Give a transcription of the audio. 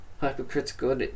hypercritical